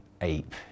ape